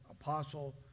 apostle